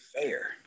fair